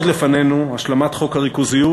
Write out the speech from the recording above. עוד לפנינו: השלמת חוק הריכוזיות,